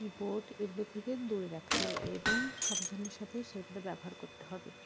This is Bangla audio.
বোর্ড এগুলো থেকে দূরে রাখতে হবে এবং সাবধানের সাথেই সেগুলো ব্যবহার করতে হবে